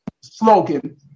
slogan